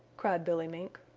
cried billy mink.